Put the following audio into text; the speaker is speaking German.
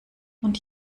und